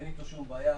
ואין איתו שום בעיה,